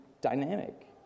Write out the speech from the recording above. dynamic